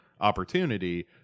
opportunity